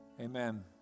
Amen